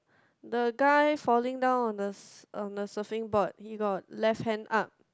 the guy falling down on the su~ on the surfing board he got left hand up